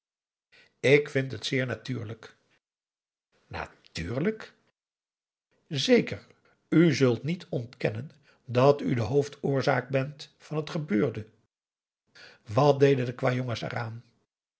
ik vind het zeer natuurlijk natuurlijk zeker u zult niet ontkennen dat u de hoofdoorzaak bent van het gebeurde wat deden de kwajongens eraan